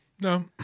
No